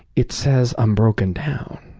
it says, i'm broken down.